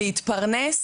להתפרנס?